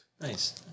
nice